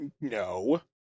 no